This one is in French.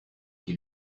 qui